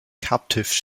captive